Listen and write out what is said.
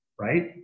right